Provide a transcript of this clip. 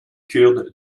kurde